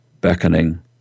beckoning